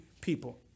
people